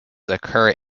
occur